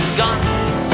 guns